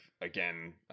again